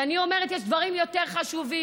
אני אומרת שיש דברים יותר חשובים,